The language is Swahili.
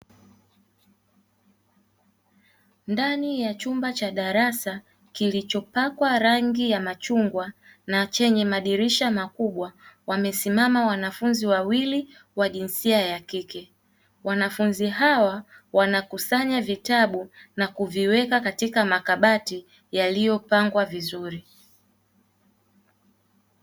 Ndani ya chumba cha darasa kilichopakwa rangi ya machungwa na chenye madirisha makubwa, wamesimama wanafunzi wawili wa jinsia ya kike, wanafunzi hawa wanakusanya vitabu na kuviweka katika makabati yaliyopangwa vizuri.